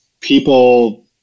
people